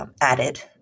added